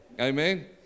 Amen